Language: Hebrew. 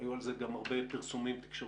היו על זה גם הרבה פרסומים תקשורתיים